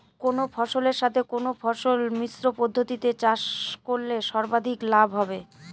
কোন ফসলের সাথে কোন ফসল মিশ্র পদ্ধতিতে চাষ করলে সর্বাধিক লাভ হবে?